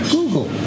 Google